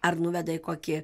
ar nuveda į kokį